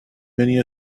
many